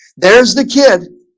there's the kid